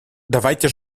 давайте